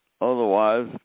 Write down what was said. Otherwise